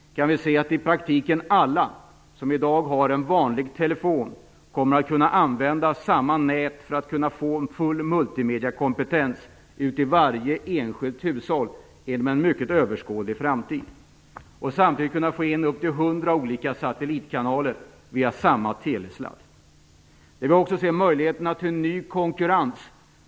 I praktiken kommer alla som i dag har en vanlig telefon att kunna använda samma nät för att få full multimediakompetens i varje enskilt hushåll inom en mycket överskådlig framtid. Samtidigt kommer man att kunna ta in upp till 100 Det finns också möjligheter till ny konkurrens.